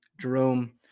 Jerome